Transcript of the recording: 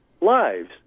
lives